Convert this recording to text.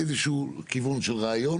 אני לא אמרתי שלא תהיה אורכה שנייה.